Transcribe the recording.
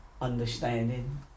Understanding